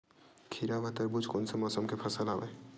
खीरा व तरबुज कोन से मौसम के फसल आवेय?